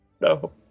No